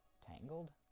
Tangled